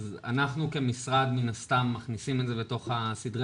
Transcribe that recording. אנחנו כמשרד מן הסתם מכניסים את זה בתוך סדרי